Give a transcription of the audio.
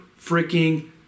freaking